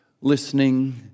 listening